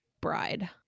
bride